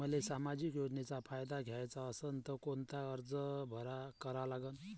मले सामाजिक योजनेचा फायदा घ्याचा असन त कोनता अर्ज करा लागन?